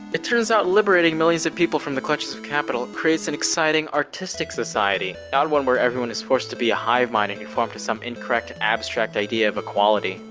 it turns out liberating millions of people from the clutches of capital creates an exciting, artistic society, not one where everyone is forced to be a hivemind and conform to some incorrect, abstract idea of equality.